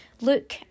Look